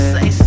Say